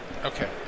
Okay